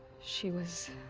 she was.